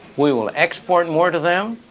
we will export more to them.